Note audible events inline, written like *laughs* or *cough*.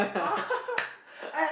ah *laughs*